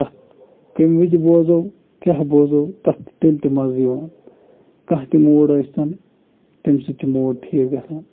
تَتھ کمہِ وِزِ بوزو کییاہ بوزو تَتھ تیٚلہِ تہِ مَزٕ یِوان کانٛہہ تہِ موٗڈ ٲسۍ تَن تمہِ سۭتۍ چھِ موڈ ٹھیٖک گژھان